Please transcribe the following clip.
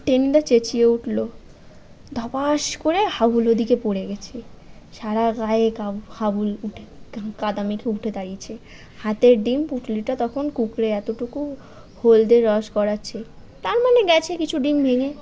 টেনিদা চেঁচিয়ে উঠল ধপাস করে হাবুল ওদিকে পড়ে গিয়েছে সারা গায়ে কাব হাবুল উঠে কাদা মেখে উঠে দাঁড়িয়েছে হাতের ডিম পুঁটলিটা তখন কুঁকড়ে এতটুকু হলদে রস গড়াচ্ছে তার মানে গিয়েছে কিছু ডিম ভেঙে